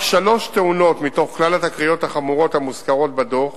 רק שלוש תאונות מתוך כלל התקריות החמורות המוזכרות בדוח